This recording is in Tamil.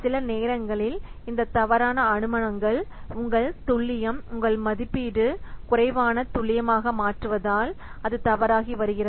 சில நேரங்களில் இந்த தவறான அனுமானங்கள் உங்கள் துல்லியம் உங்கள் மதிப்பீடு குறைவான துல்லியமாக மாற்றுவதால் அது தவறாகி வருகிறது